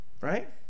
right